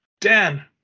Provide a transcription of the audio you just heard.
dan